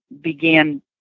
began